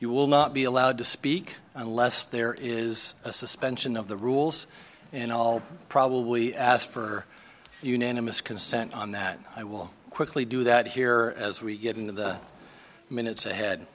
you will not be allowed to speak unless there is a suspension of the rules and i'll probably ask for unanimous consent on that i will quickly do that here as we get into the minutes ahead